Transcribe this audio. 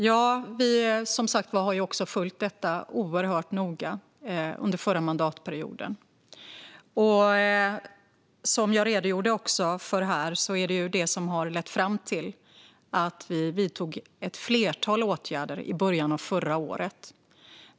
Fru talman! Vi har som sagt följt detta oerhört noga under den förra mandatperioden. Som jag har redogjort för var det detta som ledde fram till att vi vidtog ett flertal åtgärder i början av förra året.